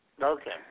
Okay